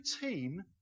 team